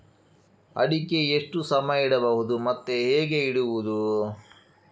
ಅಡಿಕೆ ಎಷ್ಟು ಸಮಯ ಇಡಬಹುದು ಮತ್ತೆ ಹೇಗೆ ಇಡುವುದು?